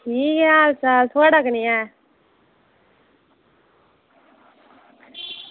ठीक ऐ हाल चाल थुआढ़ा कनेहा ऐ